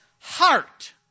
heart